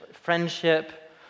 friendship